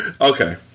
Okay